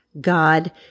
God